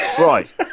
right